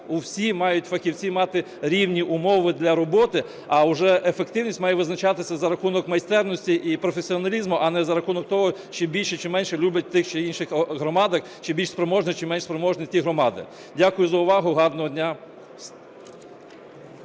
всі мають фахівці мати рівні умови для роботи, а вже ефективність має визначатися за рахунок майстерності і професіоналізму, а не за рахунок того, чи більше, чи менше люблять ті чи інші громади, чи більш спроможні, чи менш спроможні ті громади. Дякую за увагу. Гарного дня.